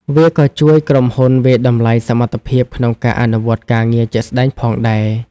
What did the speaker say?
វាក៏ជួយក្រុមហ៊ុនវាយតម្លៃសមត្ថភាពក្នុងការអនុវត្តការងារជាក់ស្តែងផងដែរ។